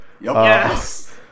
Yes